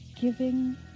giving